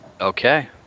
Okay